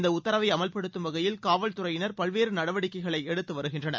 இந்த உத்தரவை அமல்படுத்தம் வகையில் காவல்துறையினர் பல்வேறு நடவடிக்கைகளை எடுத்து வருகின்றனர்